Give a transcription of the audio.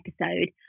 episode